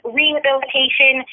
rehabilitation